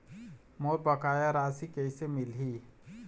मोर बकाया राशि कैसे मिलही?